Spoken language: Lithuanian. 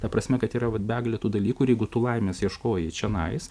ta prasme kad yra begalė tų dalykų ir jeigu tu laimės ieškojai čionai